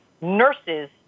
nurses